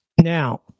Now